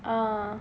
ah